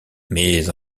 mais